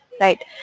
right